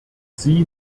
sie